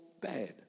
bad